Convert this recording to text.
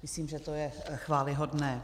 Myslím, že to je chvályhodné.